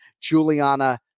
Juliana